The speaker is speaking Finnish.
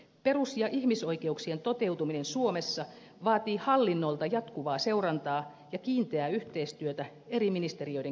perus ja ihmisoikeuksien toteutuminen suomessa vaatii hallinnolta jatkuvaa seurantaa ja kiinteää yhteistyötä eri ministeriöiden kesken